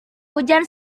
hujan